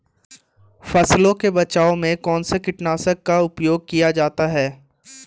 फसलों के बचाव में कौनसा कीटनाशक का उपयोग किया जाता है?